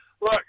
look